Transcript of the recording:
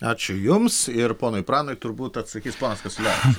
ačiū jums ir ponui pranui turbūt atsakys ponas kasiulevičius